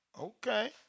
Okay